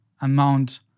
amount